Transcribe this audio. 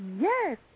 Yes